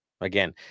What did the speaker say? Again